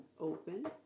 open